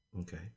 Okay